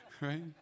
Right